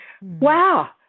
Wow